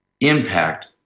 impact